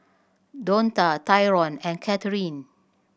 Donta Tyron and Kathryne